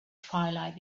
twilight